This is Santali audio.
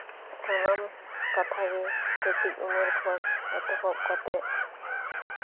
ᱟᱫᱚ ᱥᱟᱱᱟᱢ ᱠᱟᱛᱷᱟᱜᱮ ᱠᱟᱹᱴᱤᱡ ᱩᱢᱮᱨ ᱠᱷᱚᱱ ᱮᱛᱚᱦᱚᱵ ᱠᱟᱛᱮᱫ